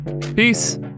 Peace